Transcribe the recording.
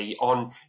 On